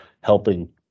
helping